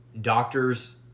Doctors